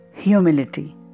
Humility